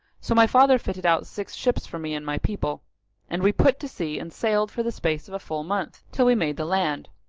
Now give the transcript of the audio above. so my father fitted out six ships for me and my people and we put to sea and sailed for the space of a full month till we made the land.